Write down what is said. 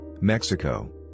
Mexico